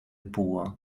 poor